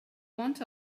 want